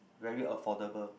very affordable